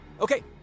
Okay